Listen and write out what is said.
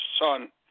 Son